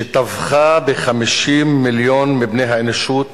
שטבחה 50 מיליון מבני האנושות,